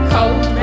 Cold